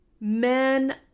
men